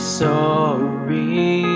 sorry